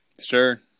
Sure